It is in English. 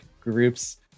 groups